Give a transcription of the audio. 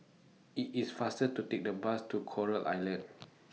IT IS faster to Take The Bus to Coral Island